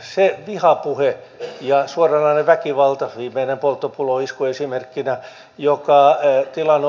se vihapuhe ja suoranainen väkivalta viimeinen polttopulloisku esimerkkinä jota tilanne on myöskin synnyttänyt